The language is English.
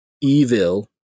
evil